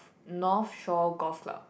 North Shore Golf Club